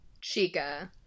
Chica